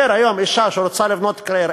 היום אישה שרוצה לבנות קריירה,